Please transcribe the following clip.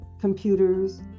computers